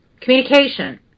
communication